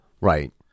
Right